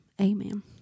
Amen